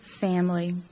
family